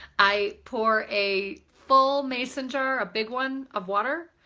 i pour a full mason jar a big one of water.